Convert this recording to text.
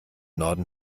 norden